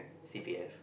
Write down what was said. C P F